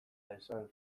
esan